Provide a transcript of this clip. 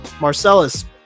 Marcellus